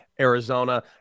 Arizona